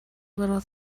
little